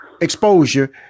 exposure